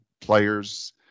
players